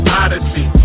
odyssey